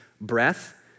breath